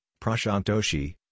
Prashantoshi